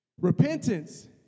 Repentance